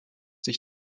sich